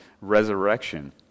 resurrection